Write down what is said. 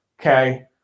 Okay